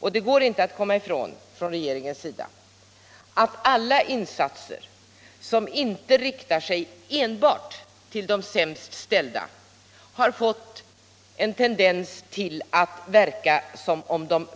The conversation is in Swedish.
Regeringen kan inte komma ifrån att det har blivit en tendens att framställa det som om alla insatser som inte riktar sig enbart till de sämst ställda